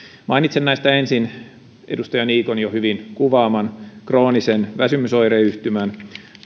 mainitsen näistä ensin edustaja niikon jo hyvin kuvaaman kroonisen väsymysoireyhtymän